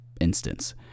instance